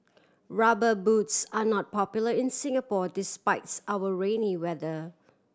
Rubber Boots are not popular in Singapore despites our rainy weather